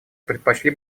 предпочли